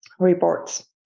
reports